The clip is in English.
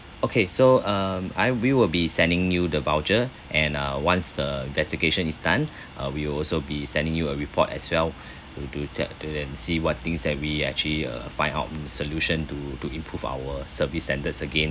okay so um I we will be sending you the voucher and uh once the investigation is done uh we will also be sending you a report as well to to to then see what things that we actually uh find out the solution to to improve our service standards again